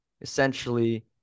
essentially